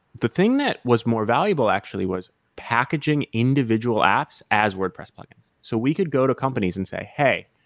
the thing that was more valuable actually was packaging individual apps as wordpress plug and so we could go to companies and say, hey,